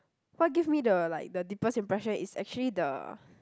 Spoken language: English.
what give me the like the deepest impression is actually the